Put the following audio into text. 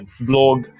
blog